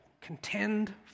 Contend